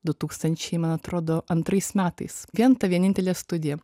du tūkstančiai man atrodo antrais metais vien ta vienintelė studija